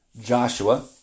Joshua